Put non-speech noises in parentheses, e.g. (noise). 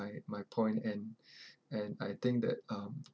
my point and (breath) and I think that um